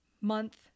month